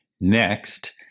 Next